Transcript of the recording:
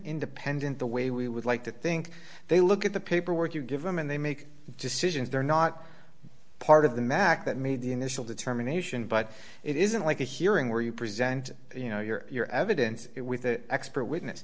independent the way we would like to think they look at the paperwork you give them and they make decisions they're not part of the mack that made the initial determination but it isn't like a hearing where you present you know your your evidence with the expert witness